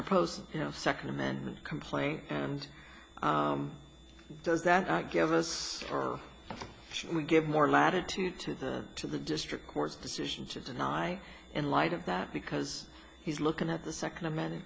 proposal you know the second amendment complaint and does that give us or should we give more latitude to the to the district court's decision to deny in light of that because he's looking at the s